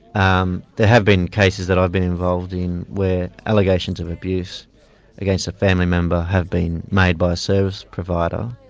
um there have been cases that i've been involved in where allegations of abuse against a family member have been made by a service provider,